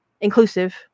inclusive